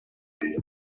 gli